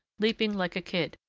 leaping like a kid,